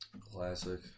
Classic